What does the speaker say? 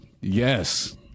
Yes